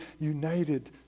united